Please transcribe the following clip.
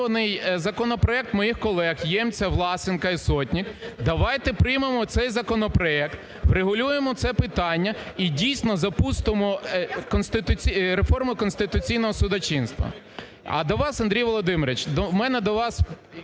зареєстрований законопроект моїх колег Ємця, Власенка і Сотник. Давайте приймемо цей законопроект, врегулюємо це питання і, дійсно, запустимо реформу конституційного судочинства. А до вас, Андрій Володимирович, у мене до вас